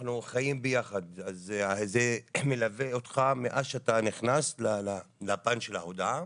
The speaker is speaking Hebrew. אנחנו חיים ביחד אז זה מלווה אותך מאז שאתה נכנס לפן של ההודעה